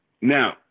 Now